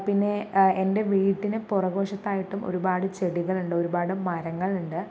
പിന്നേ എൻ്റെ വീട്ടിന് പുറകുവശത്തായിട്ടും ഒരുപാട് ചെടികളുണ്ട് ഒരുപാട് മരങ്ങളുണ്ട്